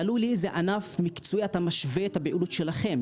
תלוי לאיזה ענף מקצועי אתה משווה את הפעילות שלכם,